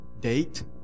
date